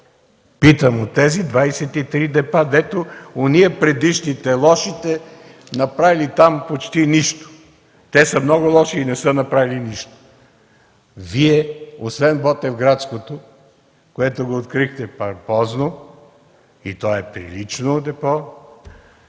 Питам: от тези 23 депа дето ония, предишните, лошите, направили там почти нищо, те са много лоши и не са направили нищо! Вие, освен Ботевградското, което го открихте помпозно и то е прилично депо,